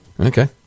Okay